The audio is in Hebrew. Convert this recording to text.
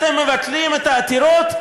אתם מבטלים את העתירות?